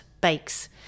bakes